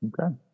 Okay